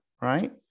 right